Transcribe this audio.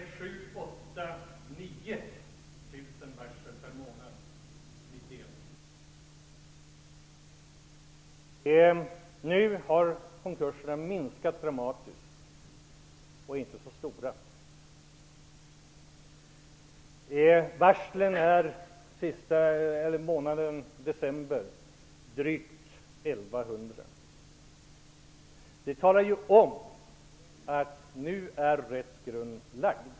Vi har övertagit ett land som är prissatt ur världsmarknaden med ett skyhögt kostnadsläge och där 7 000, 8 000 eller t.o.m. 9 000 varsel skedde per månad under 1991. Nu har antalet konkurser minskat dramatiskt, och de är inte längre så stora. Detta talar för att rätt grund nu är lagd.